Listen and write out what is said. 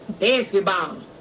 basketball